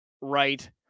right